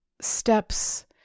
steps